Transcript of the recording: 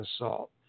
assault